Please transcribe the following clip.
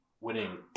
winning